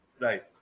right